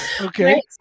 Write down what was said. Okay